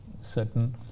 certain